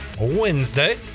Wednesday